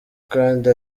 kandi